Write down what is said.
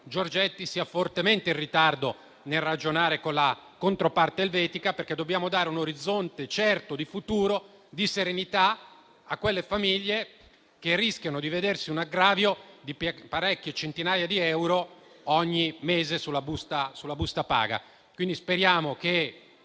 Giorgetti sia fortemente in ritardo nel ragionare con la controparte elvetica, perché dobbiamo dare un orizzonte futuro certo e di serenità a quelle famiglie che rischiano di avere un aggravio di molte centinaia di euro ogni mese sulla busta paga. Speriamo che